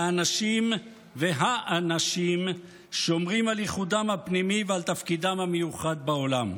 והנשים והאנשים שומרים על ייחודם הפנימי ועל תפקידם המיוחד בעולם.